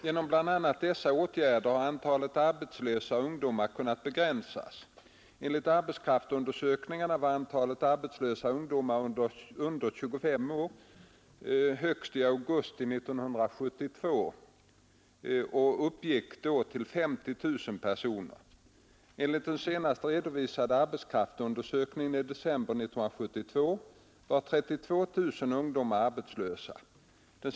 Genom bl.a. dessa åtgärder har antalet arbetslösa ungdomar kunnat begränsas. Enligt arbetskraftsundersökningarna var antalet arbetslösa ungdomar under 25 år högst i augusti 1972 och uppgick då till 50 000 personer. Enligt den senast redovisade arbetskraftsundersökningen i december 1972 var 32000 ungdomar arbetslösa.